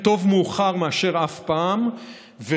טוב מאוחר מאשר אף פעם לא,